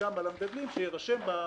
מוסכם על המגדלים שיירשם בפרוטוקול